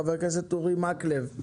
חבר הכנסת אורי מקלב.